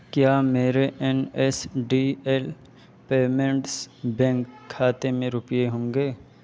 کیا میرے N S D L payments bank کھاتے میں روپیے ہوں گے